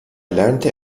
lernte